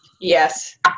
Yes